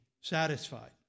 satisfied